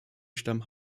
stammen